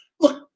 Look